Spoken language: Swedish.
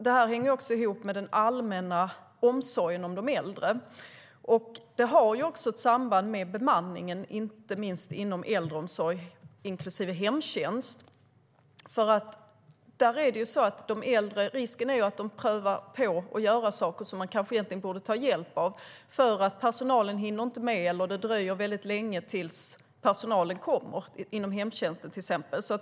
Det hänger alltså ihop med den allmänna omsorgen om de äldre. Det har också ett samband med bemanningen, inte minst inom äldreomsorg inklusive hemtjänst. Risken är att de äldre prövar på att göra saker som de egentligen borde få hjälp med när personalen inte hinner med eller när det dröjer länge tills personalen inom hemtjänsten, till exempel, kommer.